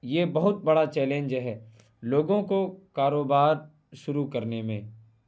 یہ بہت بڑا چیلنج ہے لوگوں کو کاروبار شروع کرنے میں